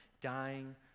dying